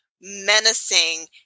menacing